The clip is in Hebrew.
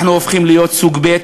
אנחנו הופכים להיות סוג ב'.